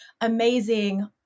amazing